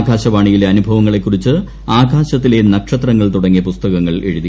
ആകാശവാണിയിലെ അനുഭവങ്ങളെക്കുറിച്ച് ആകാശത്തിലെ നക്ഷത്രങ്ങൾ തുടങ്ങിയ പുസ്തകങ്ങൾ എഴുതി